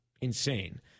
insane